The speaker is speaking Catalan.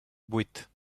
vuit